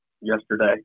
yesterday